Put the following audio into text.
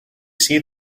see